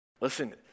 Listen